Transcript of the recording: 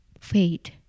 fate